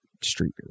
Street